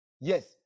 Yes